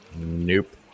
Nope